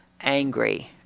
angry